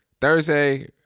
Thursday